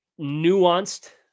nuanced